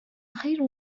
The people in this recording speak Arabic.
خير